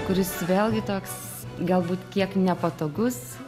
kuris vėlgi toks galbūt kiek nepatogus